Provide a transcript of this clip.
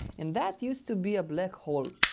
and that used to be a black hole.